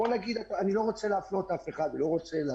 אני לא רוצה להגיד על אף אחד דברים,